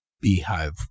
beehive